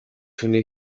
хүний